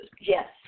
Yes